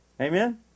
Amen